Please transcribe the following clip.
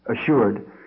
assured